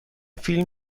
فیلم